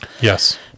Yes